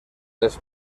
les